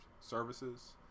services